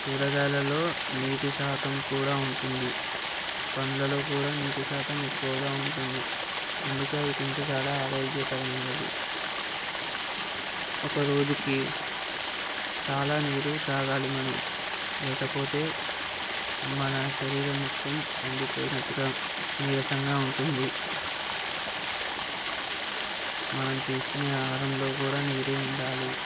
కూరగాయలలో నీటి శాతం కూడా ఉంటుంది పళ్ళలో కూడా నీటి శాతం ఎక్కువగా ఉంటుంది అందుకే అవి తింటే చాలా ఆరోగ్యకరమైనది ఒక రోజుకి చాలా నీరు త్రాగాలి మనం లేకపోతే మన శరీరం మొత్తం ఎండిపోయినట్టుగా నీరసంగా ఉంటుంది మనం తీసుకునే ఆహారంలో కూడా నీరు ఉండాలి